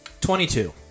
Twenty-two